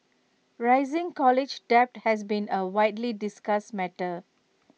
rising college debt has been A widely discussed matter